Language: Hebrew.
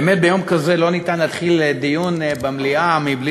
באמת ביום כזה לא ניתן להתחיל דיון במליאה מבלי